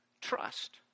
trust